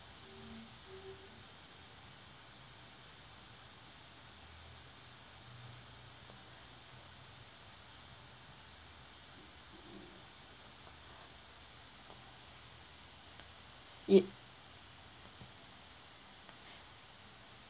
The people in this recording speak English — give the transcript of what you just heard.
it